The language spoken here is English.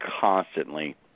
constantly